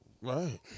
Right